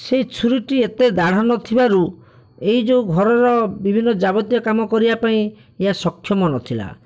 ସେହି ଛୁରୀଟି ଏତେ ଧାଢ଼ ନଥିବାରୁ ଏହି ଯେଉଁ ଘରର ବିଭିନ୍ନ ଯାବତିୟ କାମ କରିବା ପାଇଁ ଏହା ସକ୍ଷମ ନଥିଲା